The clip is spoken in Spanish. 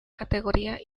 categoría